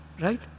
Right